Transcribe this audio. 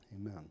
amen